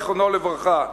זיכרונו לברכה.